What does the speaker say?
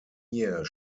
year